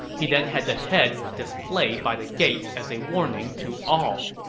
he then had the head displayed by the gates as a warning to all